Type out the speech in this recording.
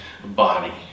body